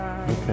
Okay